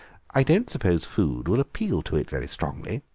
i don't suppose food will appeal to it very strongly,